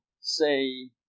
say